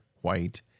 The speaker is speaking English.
white